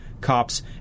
cops